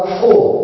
four